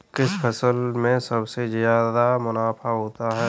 किस फसल में सबसे जादा मुनाफा होता है?